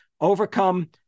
overcome